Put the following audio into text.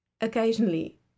occasionally